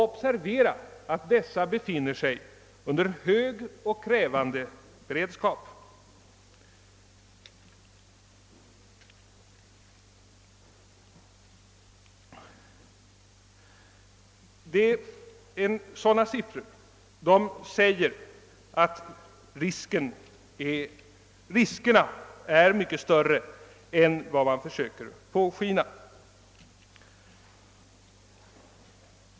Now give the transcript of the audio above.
Observera att dessa befinner sig under hög och krävande beredskap. Att krigsriskerna är mycket större än man vill låta påskina står helt klart.